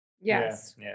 Yes